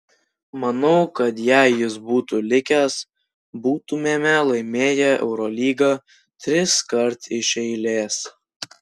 manau kad jei jis būtų likęs būtumėme laimėję eurolygą triskart iš eilės